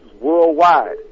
worldwide